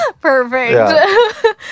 Perfect